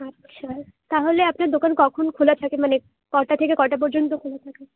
আচ্ছা তাহলে আপনার দোকান কখন খোলা থাকে মানে কটা থেকে কটা পর্যন্ত খোলা থাকে